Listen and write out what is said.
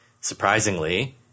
surprisingly